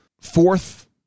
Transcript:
fourth